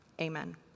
amen